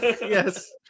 Yes